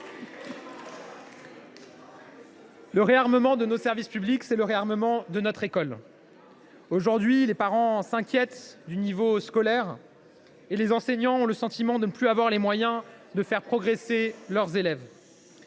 Le réarmement de nos services publics, c’est le réarmement de notre école. Aujourd’hui, les parents s’inquiètent du niveau scolaire et les enseignants ont le sentiment de ne plus avoir les moyens de faire progresser leurs élèves.